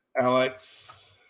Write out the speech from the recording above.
Alex